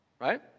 right